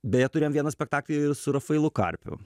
beje turėjom vieną spektaklį su rafailu karpiu